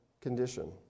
condition